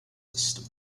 system